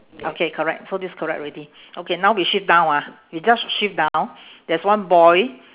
okay correct so this ia correct already okay now we shift down ah we just shift down there's one boy